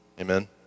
Amen